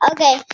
Okay